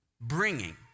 bringing